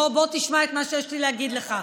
בוא, בוא תשמע את מה שיש לי להגיד לך.